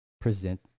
present